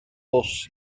bws